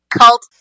Cult